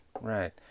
Right